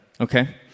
Okay